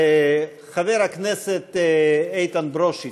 חבר הכנסת איתן ברושי,